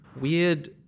weird